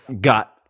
got